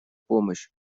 помощь